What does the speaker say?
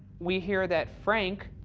we hear that frank,